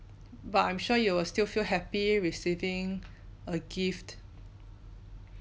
but I'm sure you will still feel happy receiving a gift